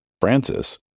Francis